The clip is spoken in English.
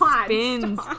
spins